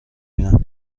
بینم